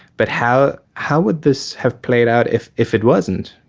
but how how would this have played out if if it wasn't?